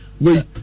wait